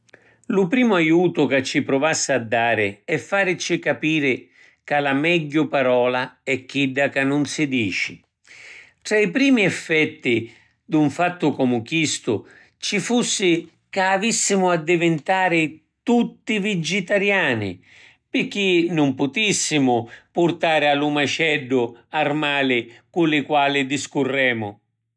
Lu primu aiutu ca ci pruvassi a dari è farici capiri ca la megghiu parola è chidda ca nun si dici. Tra li primi effetti di ‘n fattu comu chistu ci fussi ca avissimu a divintari tutti vigitariani pirchì nun putissimu purtari a lu maceddu armali cu li quali discurremu.